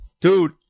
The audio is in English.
Dude